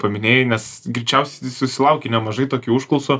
paminėjai nes greičiausiai susilauki nemažai tokių užklausų